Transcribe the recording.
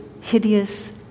hideous